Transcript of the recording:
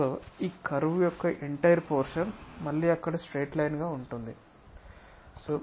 కాబట్టి ఈ కర్వ్ మొత్తం పోర్షన్ మళ్ళీ అక్కడ స్ట్రెయిట్ లైన్ గా వస్తుంది